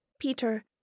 peter